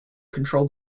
control